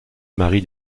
marie